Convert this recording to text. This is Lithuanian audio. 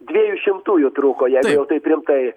dviejų šimtųjų trūko jei jau taip rimtai